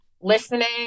listening